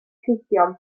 llwydion